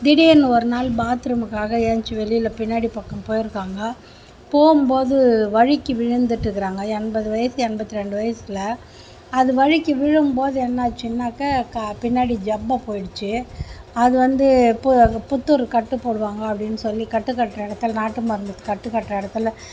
திடீர்னு ஒரு நாள் பாத்ரூமுக்காக ஏந்துச்சி வெளியில் பின்னடி பக்கம் போய்ருக்காங்க போகும்போது வழிக்கி விழுந்துட்ருக்கிறாங்க எண்பது வயிசு எண்பத்தி ரெண்டு வயசுல அது வழிக்கி விழும்போது என்னாச்சுன்னாக்க பின்னாடி ஜப்ப போய்டுச்சி அது வந்து இப்போது அது புத்தூர் கட்டு போடுவாங்க அப்படின்னு சொல்லி கட்டுக்கட்டுற இடத்தில் நாட்டு மருந்து கட்டுக்கட்டுற இடத்துல